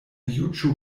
juĝo